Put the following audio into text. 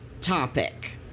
topic